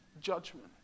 judgment